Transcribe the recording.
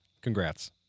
Congrats